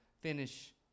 finish